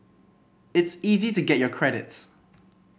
it's easy to get your credits